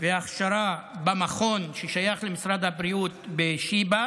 והכשרה במכון ששייך למשרד הבריאות בשיבא,